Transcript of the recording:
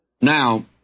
Now